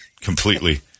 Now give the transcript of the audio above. completely